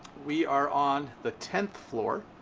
we are on the tenth floor.